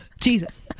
Jesus